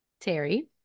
Terry